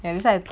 and that's why